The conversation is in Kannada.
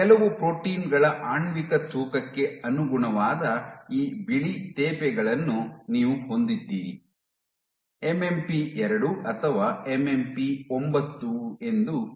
ಕೆಲವು ಪ್ರೋಟೀನ್ ಗಳ ಆಣ್ವಿಕ ತೂಕಕ್ಕೆ ಅನುಗುಣವಾದ ಈ ಬಿಳಿ ತೇಪೆಗಳನ್ನು ನೀವು ಹೊಂದಿದ್ದೀರಿ ಎಂಎಂಪಿ 2 ಅಥವಾ ಎಂಎಂಪಿ 9 ಎಂದು ಹೇಳೋಣ